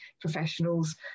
professionals